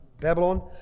Babylon